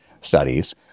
studies